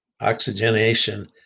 oxygenation